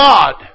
God